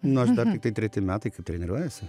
nu aš dar tik tai treti metai kaip treniruojuosi